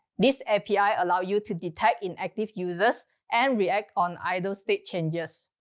this api allow you to detect inactive users and react on idle state changes.